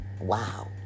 Wow